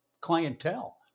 clientele